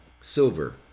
silver